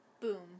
Boom